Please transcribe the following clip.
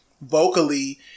vocally